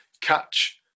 catch